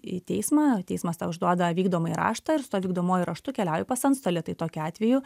į teismą teismas tau išduoda vykdomąjį raštą ir su tuo vykdomuoju raštu keliauji pas antstolį tai tokiu atveju